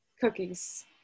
cookies